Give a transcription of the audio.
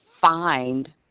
find